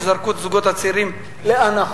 וזרקו את הזוגות הצעירים לאנחות,